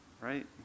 Right